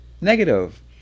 Negative